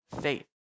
faith